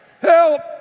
help